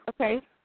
Okay